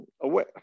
Away